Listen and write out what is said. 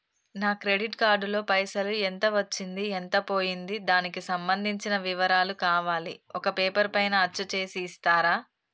నా credit card లో పైసలు ఎంత వచ్చింది ఎంత పోయింది దానికి సంబంధించిన వివరాలు కావాలి ఒక పేపర్ పైన అచ్చు చేసి ఇస్తరా?